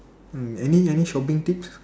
mm any any shopping things